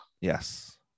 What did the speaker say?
Yes